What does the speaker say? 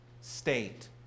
state